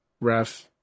ref